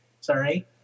Sorry